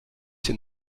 ses